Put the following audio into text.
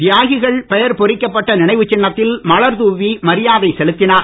தியாகிகள் பெயர் பொறிக்கப்பட்ட நினைவு சின்னத்தில் மலர் தூவி மரியாதை செலுத்தினார்